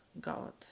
God